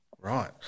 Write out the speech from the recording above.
Right